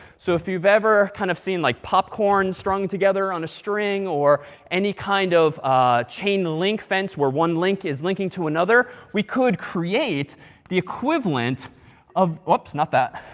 so if you've ever kind of seen like popcorn strung together on a string, or any kind of chain link fence where one link is linking to another. we could create the equivalent of oops not that.